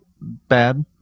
bad